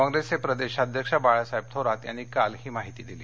काँग्रेसचे प्रदेशाध्यक्ष बाळासाहेब थोरात यांनी काल ही माहिती दिली